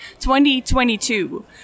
2022